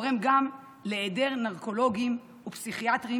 גורם גם להיעדר נרקולוגים ופסיכיאטרים